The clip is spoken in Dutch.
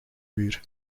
muur